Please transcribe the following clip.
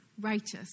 righteous